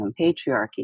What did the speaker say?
patriarchy